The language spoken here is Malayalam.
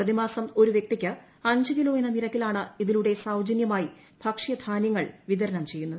പ്രതിമാസം ഒരു വൃക്തിക്ക് അഞ്ചു കിലോ എന്ന നിരക്കിലാണ് ഇതിലൂടെ സൌജനൃമായി ഭക്ഷ്യധാന്യങ്ങൾ വിതരണം പ്രെയ്യുന്നത്